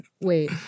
Wait